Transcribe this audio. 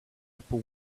upper